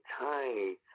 tiny